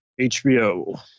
HBO